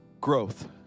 growth